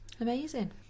amazing